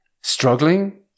struggling